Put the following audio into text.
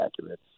accurate